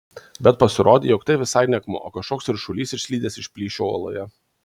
bet pasirodė jog tai visai ne akmuo o kažkoks ryšulys išslydęs iš plyšio uoloje